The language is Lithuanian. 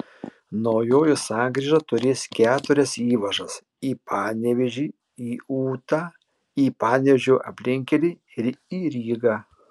naujoji sankryža turės keturias įvažas į panevėžį į ūtą į panevėžio aplinkkelį ir į rygą